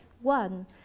one